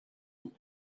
بود